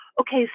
Okay